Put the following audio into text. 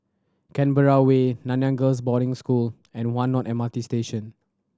Canberra Way Nanyang Girls' Boarding School and One North M R T Station